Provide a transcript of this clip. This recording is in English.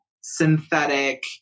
synthetic